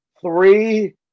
three